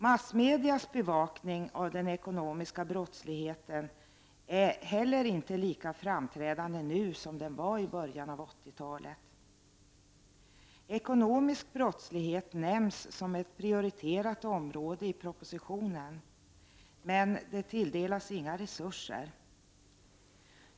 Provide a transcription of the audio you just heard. Massmedias bevakning av den ekonomiska brottsligheten är heller inte lika framträdande nu som den var i början av 1980-talet. Ekonomisk brottslighet nämns i propositionen som ett prioriterat område, men det tilldelas inte några resurser.